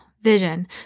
vision